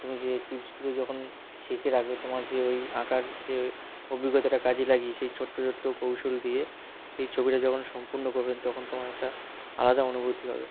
তুমি যে টিপসগুলো যখন শিখে রাখবে তোমার যে ওই আঁকার যে অভিজ্ঞতাটা কাজে লাগিয়ে সেই ছোট্ট ছোট্ট কৌশল দিয়ে সেই ছবিটা যখন সম্পূর্ণ করবে তখন তোমার একটা আলাদা অনুভূতি হবে